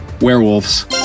Werewolves